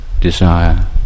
desire